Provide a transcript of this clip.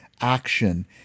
action